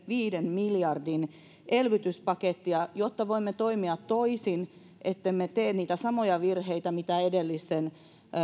pilkku viiden miljardin elvytyspakettia jotta voimme toimia toisin ettemme tee niitä samoja virheitä mitä edellisten